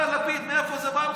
אתה, לפיד, מאיפה זה בא לך?